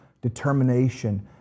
determination